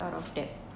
out of debt